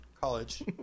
college